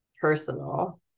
personal